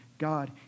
God